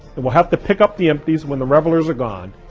and will have to pick up the empties when the revelers are gone.